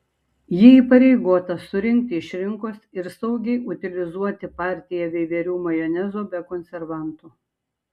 ji įpareigota surinkti iš rinkos ir saugiai utilizuoti partiją veiverių majonezo be konservantų